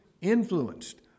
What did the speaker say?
influenced